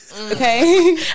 Okay